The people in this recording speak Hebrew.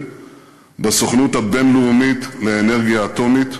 בסוכנות הבין-לאומית לאנרגיה אטומית,